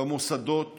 במוסדות שהקים.